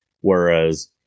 Whereas